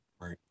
Right